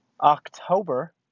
October